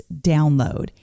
download